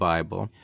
Bible—